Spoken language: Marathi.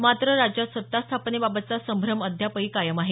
मात्र राज्यात सत्ता स्थापनेबाबतचा संभ्रम अद्यापही कायम आहे